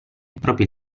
proprio